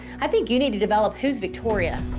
i think you need to develop who's victoria